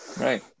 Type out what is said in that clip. Right